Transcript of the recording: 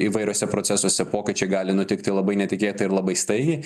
įvairiuose procesuose pokyčiai gali nutikti labai netikėtai ir labai staigiai